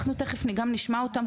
אני אשמע אותם,